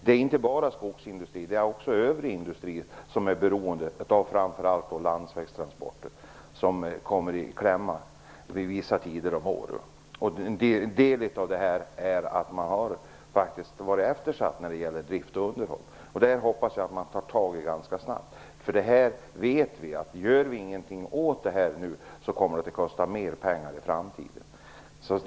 Det gäller inte bara skogsindustrin, utan också övrig industri är beroende av framför allt landsvägstransport, och de kommer därför i kläm vid vissa tider på året. En delförklaring är att drift och underhåll har varit eftersatt. Jag hoppas att man tar tag i det här ganska snabbt. Gör vi inget åt det här nu, kommer det att kosta mer pengar i framtiden. Det vet vi.